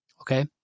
Okay